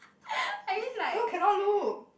I mean like